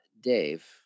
Dave